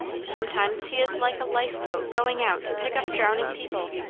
sometimes he is like a lifeboat going out to pick up drowning people.